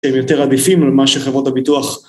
הם יותר עדיפים למה שחברות הביטוח